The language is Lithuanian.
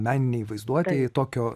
meninėj vaizduotėj tokio